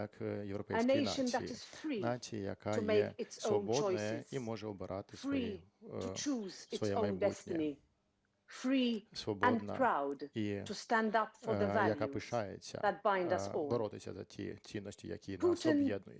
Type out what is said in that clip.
як європейській нації, нації, яка є свободна і може обирати своє майбутнє. Свободна, і яка пишається боротися за ті цінності, які нас об'єднують.